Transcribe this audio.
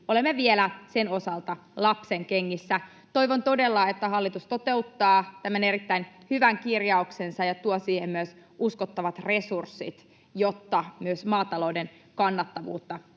Olemme vielä sen osalta lapsenkengissä. Toivon todella, että hallitus toteuttaa tämän erittäin hyvän kirjauksensa ja tuo siihen myös uskottavat resurssit, jotta myös maatalouden kannattavuutta pystytään